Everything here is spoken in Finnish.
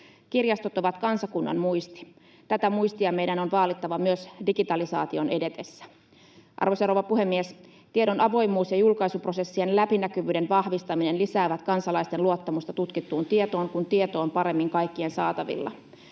Kirjastot ovat kansakunnan muisti. Tätä muistia meidän on vaalittava myös digitalisaation edetessä. Arvoisa rouva puhemies! Tiedon avoimuus ja julkaisuprosessien läpinäkyvyyden vahvistaminen lisäävät kansalaisten luottamusta tutkittuun tietoon, kun tieto on paremmin kaikkien saatavilla.